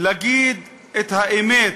להגיד את האמת,